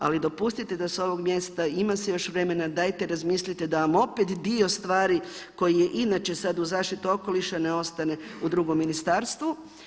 Ali dopustite da s ovog mjesta, ima se još vremena, dajte razmislite da vam opet dio stvari koji je inače sada u zaštiti okoliša ne ostane u drugom ministarstvu.